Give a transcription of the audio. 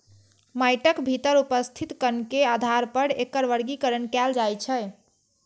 माटिक भीतर उपस्थित कण के आधार पर एकर वर्गीकरण कैल जाइ छै